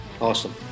Awesome